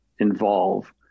involve